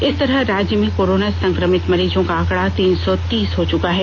इस तरह राज्य में कोरोना संक्रमित मरीजों का आंकड़ा तीन सौ तीस हो चुका है